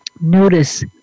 Notice